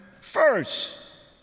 first